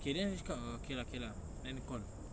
okay then I cakap err okay lah okay lah let me call